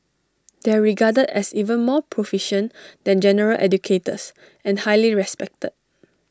they are regarded as even more proficient than general educators and highly respected